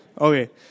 Okay